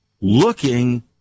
looking